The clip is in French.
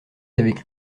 avec